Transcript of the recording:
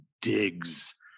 digs